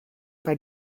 bei